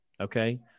Okay